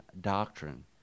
doctrine